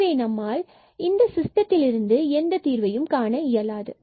எனவே இந்த சிஸ்டத்தில் இருந்து நம்மால் தீர்வு காண இயலாது